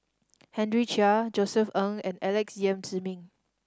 Henry Chia Josef Ng and Alex Yam Ziming